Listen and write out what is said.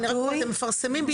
מפרסמים,